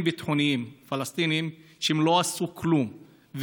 ביטחוניים פלסטינים והם לא עשו כלום,